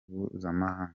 mpuzamahanga